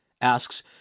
asks